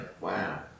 Wow